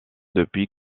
depuis